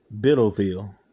Biddleville